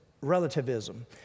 relativism